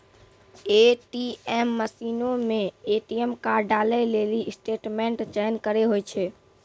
ATM मशीनो मे ATM card डालै लेली स्टेटमेंट चयन करे होय छै